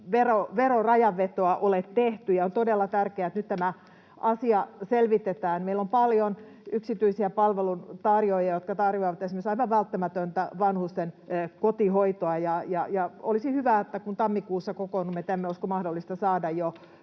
verorajanvetoa ole tehty. On todella tärkeää, että nyt tämä asia selvitetään. Meillä on paljon yksityisiä palveluntarjoajia, jotka tarjoavat esimerkiksi aivan välttämätöntä vanhusten kotihoitoa. Kun tammikuussa kokoonnumme tänne, olisiko mahdollista saada